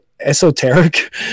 esoteric